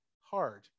hard